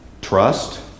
Trust